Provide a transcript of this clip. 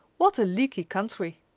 what a leaky country!